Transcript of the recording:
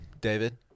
David